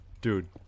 Dude